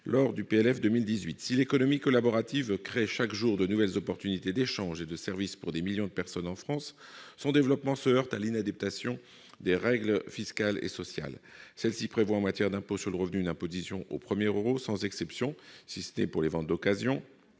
cadre du PLF pour 2018. Si l'économie collaborative crée chaque jour de nouvelles opportunités d'échanges et de services pour des millions de personnes en France, son développement se heurte à l'inadaptation de nos règles fiscales et sociales. Celles-ci prévoient, en matière d'impôt sur le revenu, une imposition au premier euro, sans exception, si ce n'est pour les ventes d'occasion